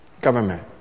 government